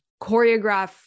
choreograph